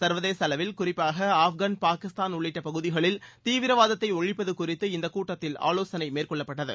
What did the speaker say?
சர்வதேச அளவில் குறிப்பாக ஆப்கான் பாகிஸ்தான் உள்ளிட்ட பகுதிகளில் தீவிரவாதத்தை ஒழிப்பது குறித்து இந்த கூட்டத்தில் ஆலோசிக்கப்பட்டது